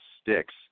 sticks